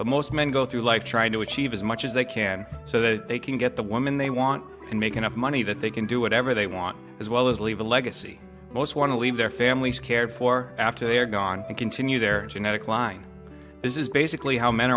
but most men go through life trying to achieve as much as they can so that they can get the woman they want and make enough money that they can do whatever they want as well as leave a legacy most want to leave their families cared for after they are gone and continue their genetic line this is basically how men